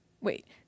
wait